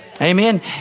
Amen